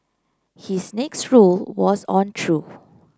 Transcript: his next rule was on truth